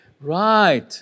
Right